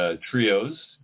trios